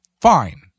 fine